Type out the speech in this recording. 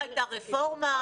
הייתה רפורמה,